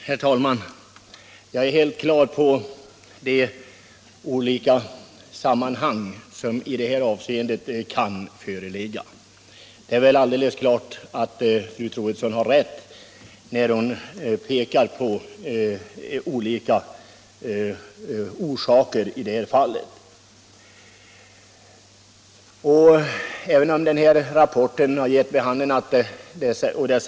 Herr talman! Jag är helt på det klara med att det här kan föreligga olika samband och att fru Troedsson har rätt när hon säger att de inträffade händelserna kan ha olika orsaker.